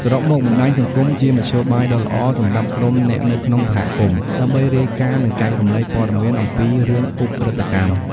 សរុបមក បណ្ដាញសង្គម ជា មធ្យោបាយដ៏ល្អ សម្រាប់ ក្រុមអ្នកនៅក្នុងសហគមន៍ ដើម្បី រាយការណ៍ និង ចែករំលែកព័ត៌មាន អំពី រឿងឧក្រិដ្ឋកម្ម។